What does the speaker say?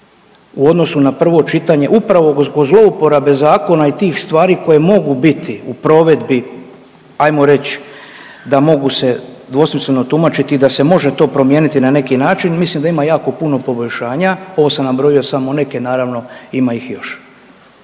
u odnosu na prvo čitanje upravo zbog zlouporabe zakona i tih stvari koje mogu biti u provedbi, ajmo reć da mogu se dvosmisleno tumačiti i da se može to promijeniti na neki način i mislim da ima jako puno poboljšanja, ovo sam nabrojio samo neke naravno ima ih još.